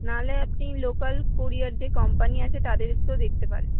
নাহলে আপনি local courier যে কোম্পানি আছে তাদেরকেও দেখতে পারেন